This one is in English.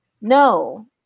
No